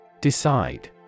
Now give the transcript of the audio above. Decide